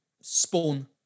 Spawn